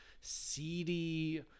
seedy